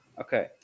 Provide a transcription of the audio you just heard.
Okay